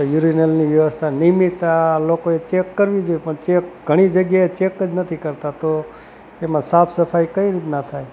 તો યુરીનલની વ્યવસ્થા નિયમિત આ લોકોએ ચેક કરવી જોઈએ પણ ચેક ઘણી જગ્યાએ ચેક જ નથી કરતાં તો એમાં સાફસફાઈ કઈ રીતના થાય